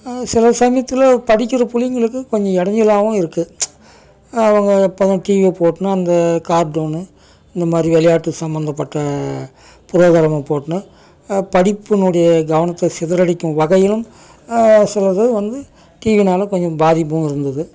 சில சமயத்தில் படிக்கிற பிள்ளைங்களுக்கு கொஞ்சம் இடைஞ்சலாவும் இருக்குது அவங்க அப்போதான் அந்த டிவியை போட்டுன்னு அந்த கார்ட்டூனு இந்த மாதிரி விளையாட்டு சம்மந்தப்பட்ட போட்டுன்னு படிப்பினுடைய கவனத்தை சிதறடிக்கும் வகையிலும் சிலது வந்து டிவினால் கொஞ்சம் பாதிப்பும் இருந்தது